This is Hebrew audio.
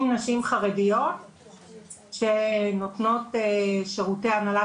40 נשים חרדיות שנותנות שירותי הנהלת